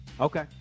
okay